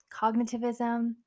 cognitivism